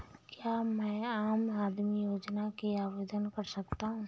क्या मैं आम आदमी योजना के लिए आवेदन कर सकता हूँ?